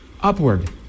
upward